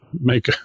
make